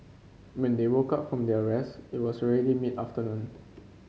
when they woke up from their rest it was already mid afternoon